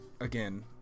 again